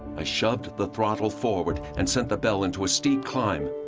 i shoved the throttle forward and sent the belle into a steep climb.